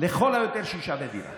לכל היותר שישה בדירה.